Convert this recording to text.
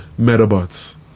Metabots